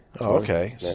Okay